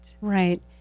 Right